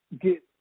get